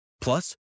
Plus